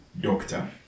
doctor